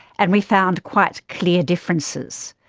and we found quite clear differences.